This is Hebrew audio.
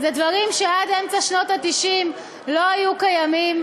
אלה דברים שעד אמצע שנות ה-90 לא היו קיימים,